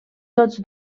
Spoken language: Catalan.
tots